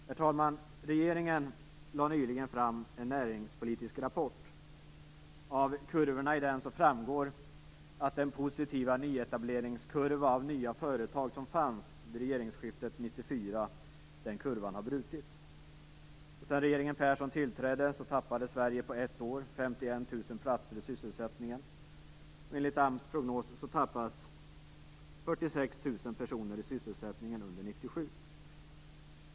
Herr talman! Regeringen lade nyligen fram en näringspolitisk rapport. Av den framgår att den positiva kurvan för nyetablering av företag som fanns vid regeringsskiftet 1994 har brutits. Sedan regeringen 46 000 i sysselsättningen under 1997.